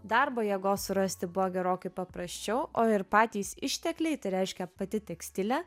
darbo jėgos surasti buvo gerokai paprasčiau o ir patys ištekliai tai reiškia pati tekstilė